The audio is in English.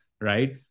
right